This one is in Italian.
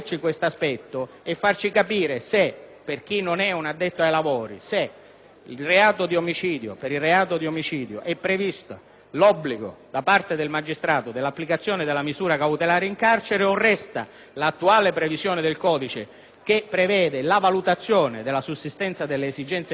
ai non addetti ai lavori se per il reato di omicidio è previsto l'obbligo, da parte del magistrato, dell'applicazione della misura cautelare in carcere, oppure resta l'attuale previsione del codice penale che stabilisce la valutazione della sussistenza delle esigenze cautelari, mentre per altre ipotesi di reato